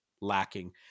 lacking